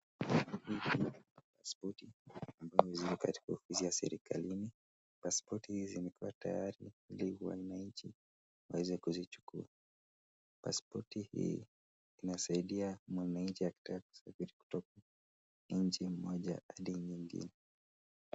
Pasipoti ambazo ziko katika ofisi ya serikalini. Pasipoti hizi zimekua tayari ndo wananchi waweze kuzichukua. Pasipoti hii inasaidia mwananchi akitaka kusafiri kutoka nchi moja hadi nyingine.